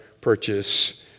purchase